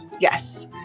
Yes